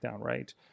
right